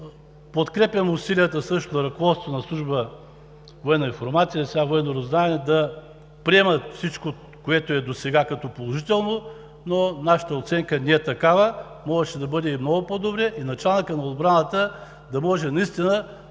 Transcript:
Подкрепям усилията, също ръководството на Служба „Военна информация“, сега „Военно разузнаване“, да приемат всичко, което досега е положително, но нашата оценка не е такава – можеше да бъде много по-добре и началникът на отбраната наистина